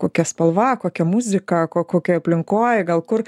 kokia spalva kokia muzika ko kokioj aplinkoj gal kur